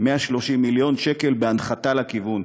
130 מיליון שקל בהנחתה לכיוון.